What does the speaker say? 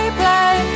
play